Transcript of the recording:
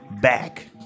back